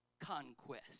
conquest